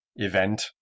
Event